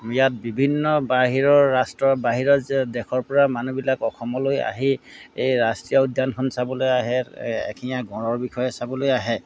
ইয়াত বিভিন্ন বাহিৰৰ ৰাষ্ট্ৰ বাহিৰৰ দেশৰ পৰা মানুহবিলাক অসমলৈ আহি এই ৰাষ্ট্ৰীয় উদ্যানখন চাবলৈ আহে এশিঙীয়া গঁড়ৰ বিষয়ে চাবলৈ আহে